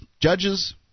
judges